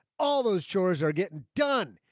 all those chores are getting done.